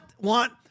want